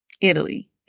Italy